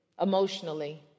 emotionally